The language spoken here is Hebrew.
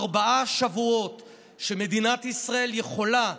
ארבעה שבועות שמדינת ישראל יכולה,